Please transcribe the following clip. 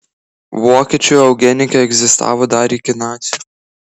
vokiečių eugenika egzistavo dar iki nacių